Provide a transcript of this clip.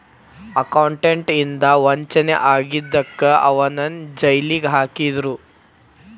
accountant ಇಂದಾ ವಂಚನೆ ಆಗಿದಕ್ಕ ಅವನ್ನ್ ಜೈಲಿಗ್ ಹಾಕಿದ್ರು